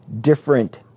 different